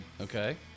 okay